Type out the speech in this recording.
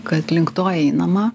kad link to einama